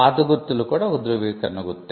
పాత గుర్తులు కూడా ఒక ధృవీకరణ గుర్తు